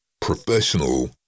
professional